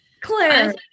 Claire